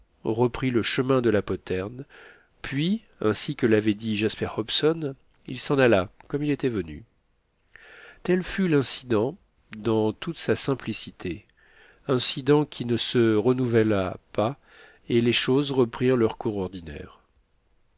reprit le chemin de la poterne puis ainsi que l'avait dit jasper hobson il s'en alla comme il était venu tel fut l'incident dans toute sa simplicité incident qui ne se renouvela pas et les choses reprirent leur cours ordinaire